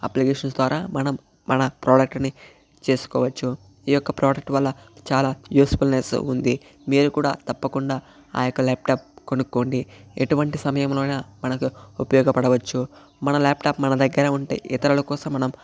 applications ద్వారా మనం మన ప్రాడక్ట్ ని చేసుకోవచ్చు ఈ యొక్క ప్రాడక్ట్ ల వల్ల చాలా యూజ్ ఫుల్నెస్ ఉంది మీరు కూడా తప్పకుండా ఆ యొక్క ల్యాప్టాప్ కనుక్కోండి ఎటువంటి సమయంలో అయినా మనకు ఉపయోగపడవచ్చు మన ల్యాప్టాప్ మన దగ్గర ఉంటే ఇతరుల కోసం మనం